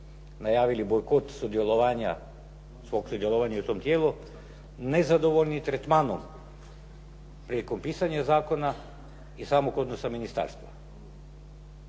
najavili bojkot sudjelovanja zbog sudjelovanja u tom tijelu nezadovoljni tretmanom prilikom pisanja zakona i samog odnosa ministarstva.